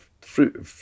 fruit